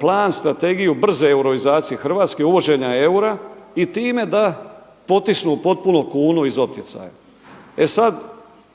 plan strategiju brze euroizacije Hrvatske uvođenja eura i time da potisnu potpuno kunu iz opticaja.